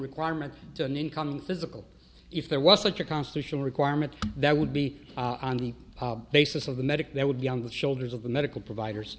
requirement to an income physical if there was such a constitutional requirement that would be on the basis of the medic that would be on the shoulders of the medical providers